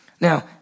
Now